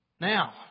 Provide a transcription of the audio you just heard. Now